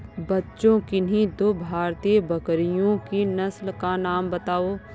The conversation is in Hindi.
बच्चों किन्ही दो भारतीय बकरियों की नस्ल का नाम बताओ?